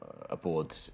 aboard